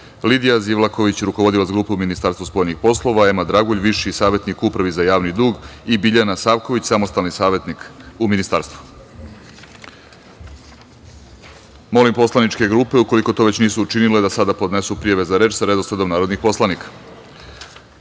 Lidija Zivlaković, rukovodilac Grupe u Ministarstvu spoljnih poslova, Ema Dragulj, viši savetnik Uprave za javni dug i Biljana Savković, samostalni savetnik u Ministarstvu. Molim poslaničke grupe, ukoliko to već nisu učinile, da sada podnesu prijave za reč sa redosledom narodnih poslanika. Saglasno